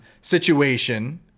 situation